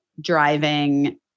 driving